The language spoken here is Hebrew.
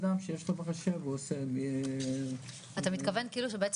אדם שיש לו בקשה -- אתה מתכוון כאילו שבעצם